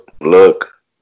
look